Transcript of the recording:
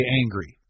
angry